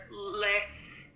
less